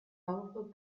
powerful